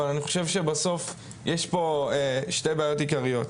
אבל אני חושב שבסוף יש פה שתי בעיות עיקריות.